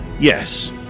Yes